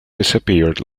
disappeared